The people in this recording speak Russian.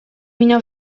меня